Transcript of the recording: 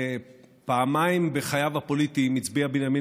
פעמיים בחייו הפוליטיים הצביע בנימין